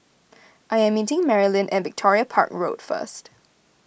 I am meeting Marlyn at Victoria Park Road first